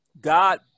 God